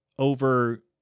over